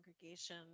congregation